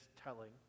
telling